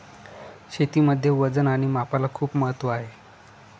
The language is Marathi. शेतीमध्ये वजन आणि मापाला खूप महत्त्व आहे